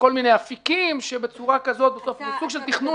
לכל מיני אופקים כשזה בסוף סוג של תכנון?